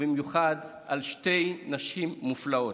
ובמיוחד על שתי נשים מופלאות: